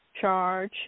charge